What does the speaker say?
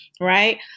right